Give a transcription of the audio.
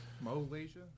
Malaysia